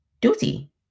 duty